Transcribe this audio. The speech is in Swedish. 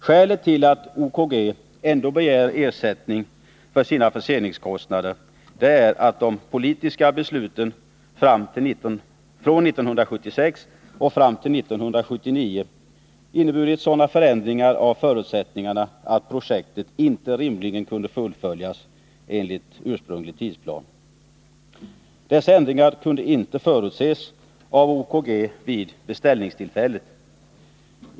Skälet till att OKG ändå begär ersättning för sina förseningskostnader är att de politiska besluten från 1976 fram till 1979 inneburit sådana ändringar av förutsättningarna att projektet inte rimligen kunde fullföljas enligt ursprunglig tidsplan. Dessa ändringar kunde inte förutses av OKG vid beställningstillfället.